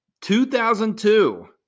2002